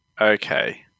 Okay